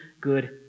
good